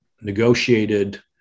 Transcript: negotiated